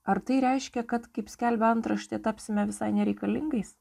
ar tai reiškia kad kaip skelbia antraštė tapsime visai nereikalingais